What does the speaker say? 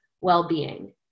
well-being